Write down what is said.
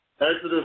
Exodus